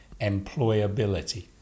employability